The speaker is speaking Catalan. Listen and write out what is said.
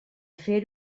fer